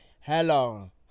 Hello